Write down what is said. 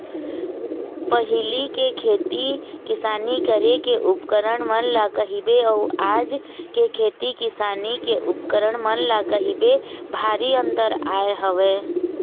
पहिली के खेती किसानी करे के उपकरन मन ल कहिबे अउ आज के खेती किसानी के उपकरन मन ल कहिबे भारी अंतर आय हवय